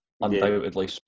undoubtedly